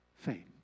fame